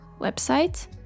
website